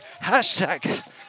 Hashtag